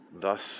Thus